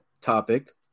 topic